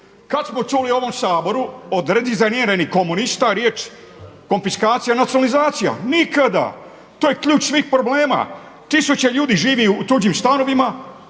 Kada smo čuli u ovom Saboru od … komunista riječ konfiskacija, nacionalizacija? Nikada. To je ključ svih problema. Tisuće ljudi živi u tuđim stanovima